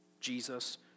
Jesus